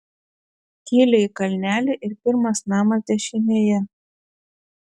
kyli į kalnelį ir pirmas namas dešinėje